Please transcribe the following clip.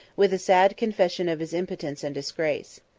with a sad confession of his impotence and disgrace.